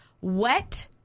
Wet